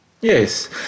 yes